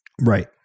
Right